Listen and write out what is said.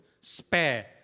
spare